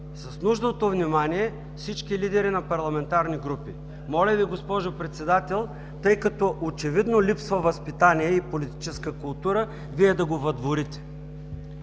с нужното внимание всички лидери на парламентарни групи. Моля Ви, госпожо Председател, тъй като очевидно липсва възпитание и политическа култура, Вие да ги въдворите.